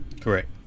Correct